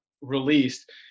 released